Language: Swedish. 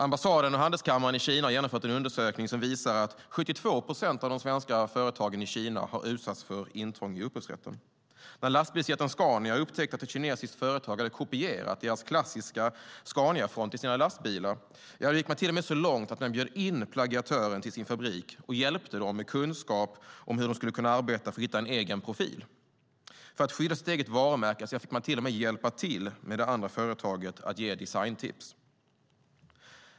Ambassaden och handelskammaren i Kina har genomfört en undersökning som visar att 72 procent av de svenska företagen i Kina har utsatts för intrång i upphovsrätten. När lastbilsjätten Scania upptäckte att ett kinesiskt företag hade kopierat deras klassiska Scaniafront till sina lastbilar gick man till och med så långt att man bjöd in plagiatorerna till sin fabrik och hjälpte dem med kunskap om hur de skulle kunna arbeta för att hitta en egen profil. För att skydda sitt eget varumärke fick man till och med hjälpa till genom att ge det andra företaget designtips.